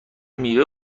میوه